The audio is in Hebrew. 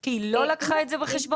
כי היא לא לקחה את זה בחשבון?